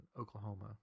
Oklahoma